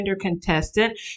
contestant